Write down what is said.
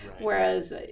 Whereas